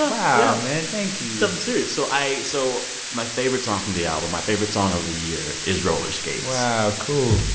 wow, man. thank you i'm um serious. so i so my favorite song from the album, my favorite song of the year is roller skates. wow. cool